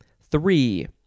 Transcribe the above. Three